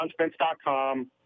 johnspence.com